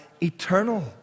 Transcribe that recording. eternal